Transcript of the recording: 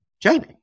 Jamie